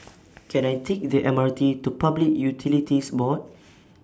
Can I Take The M R T to Public Utilities Board